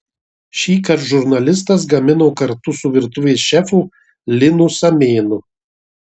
šįkart žurnalistas gamino kartu su virtuvės šefu linu samėnu